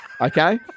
Okay